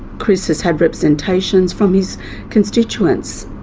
chris has had representations from his constituents,